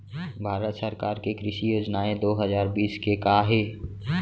भारत सरकार के कृषि योजनाएं दो हजार बीस के का हे?